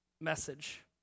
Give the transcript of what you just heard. message